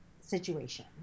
situation